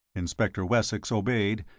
inspector wessex obeyed,